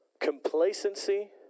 complacency